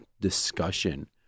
discussion